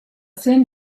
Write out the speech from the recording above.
thin